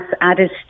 added